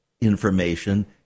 information